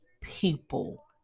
people